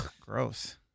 gross